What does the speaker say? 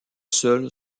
seule